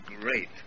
great